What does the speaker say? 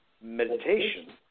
meditation